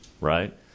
right